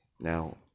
Now